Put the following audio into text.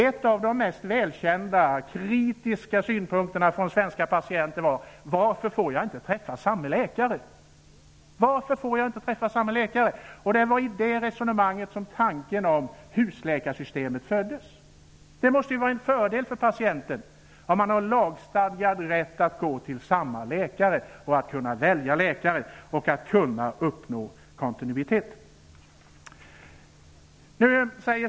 En av de mest välkända, kritiska synpunkterna från svenska patienter var att man vid olika tillfällen inte fick träffa samme läkare. Det var i resonemanget kring det problemet som tanken på husläkarsystemet föddes. Det måste ju vara en fördel för patienten att ha lagstadgad rätt att få komma till samma läkare, att kunna välja läkare och att kunna uppnå kontinuitet.